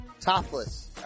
Topless